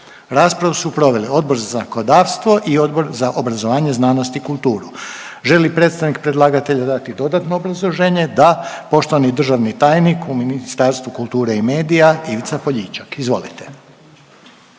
Raspravu su proveli Odbor za zakonodavstvo i Odbor za obrazovanje, znanost i kulturu. Želi li predstavnik predlagatelja dati dodatno obrazloženje? Da, poštovani državni tajnik u Ministarstvu kulture i medija Ivica Poljičak. Izvolite.